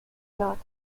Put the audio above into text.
not